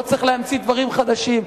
לא צריך להמציא דברים חדשים.